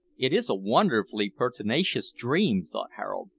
it is a wonderfully pertinacious dream, thought harold.